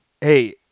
Hey